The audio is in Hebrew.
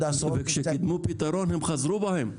וכשקידמו פיתרון הם חזרו בהם.